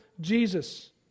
Jesus